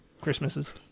Christmases